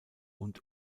und